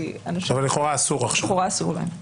לכאורה אסור להם.